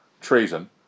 treason